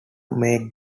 make